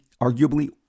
arguably